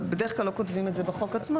אבל בדרך כלל לא כותבים את זה בחוק עצמו.